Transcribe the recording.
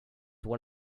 one